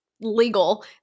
legal